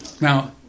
Now